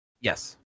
yes